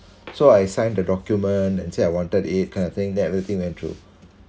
so I signed the document and said I wanted it kind of thing that the thing went through